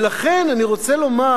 ולכן אני רוצה לומר,